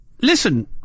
listen